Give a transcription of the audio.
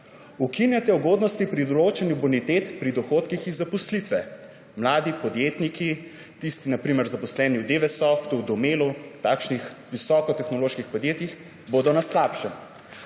Ukinjate ugodnosti pri določanju bonitet pri dohodnih iz zaposlitve. Mladi podjetniki, tisti na primer zaposleni v Dewesoftu, v Domelu, takšnih visokotehnoloških podjetjih, bodo na slabšem.